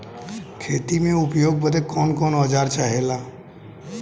खेती में उपयोग बदे कौन कौन औजार चाहेला?